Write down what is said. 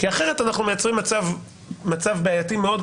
אחרת אנחנו מייצרים מצב בעייתי מאוד,